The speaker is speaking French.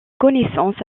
connaissance